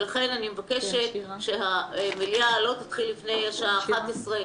לכן אני מבקשת שהמליאה לא תתחיל לפני השעה 23:00,